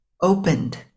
opened